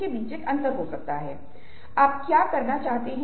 इसलिए यह उन अन्य चीजों में से एक है जो हम एक साथ करेंगे